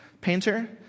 painter